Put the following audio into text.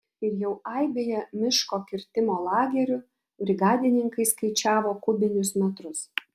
ir jau aibėje miško kirtimo lagerių brigadininkai skaičiavo kubinius metrus